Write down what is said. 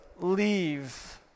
leave